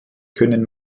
können